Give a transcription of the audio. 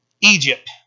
Egypt